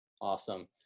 Awesome